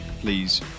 please